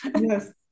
Yes